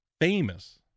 famous